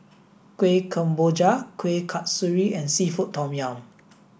Kueh Kemboja Kuih Kasturi and Seafood Tom Yum